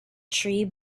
tree